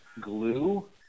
glue